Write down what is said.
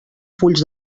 fulls